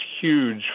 huge